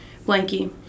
blankie